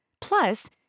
Plus